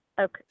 Okay